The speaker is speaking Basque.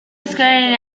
euskararen